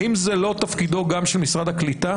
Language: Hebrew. האם זה לא תפקידו גם של משרד הקליטה?